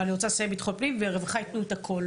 אבל אני רוצה לסיים עם ביטחון פנים והרווחה ייתנו את הכול,